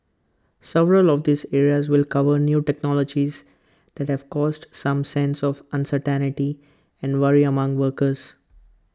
several of these areas will cover new technologies that have caused some sense of uncertainty and worry among workers